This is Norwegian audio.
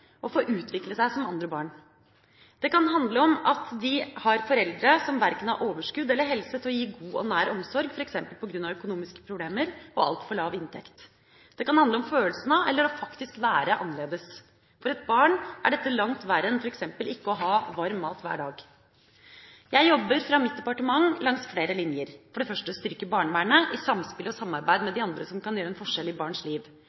og få utvikle seg som andre barn. Det kan handle om at de har foreldre som verken har overskudd eller helse til å gi god og nær omsorg, f.eks. på grunn av økonomiske problemer og altfor lav inntekt. Det kan handle om følelsen av å være – eller faktisk å være – annerledes. For et barn er dette langt verre enn f.eks. ikke å ha varm mat hver dag. Jeg jobber fra mitt departement langs flere linjer, ved bl.a.: å styrke barnevernet i samspill og samarbeid med